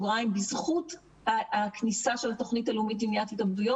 בזכות הכניסה של התוכנית הלאומית למניעת התאבדויות